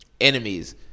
Enemies